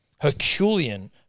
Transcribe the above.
herculean